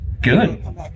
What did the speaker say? good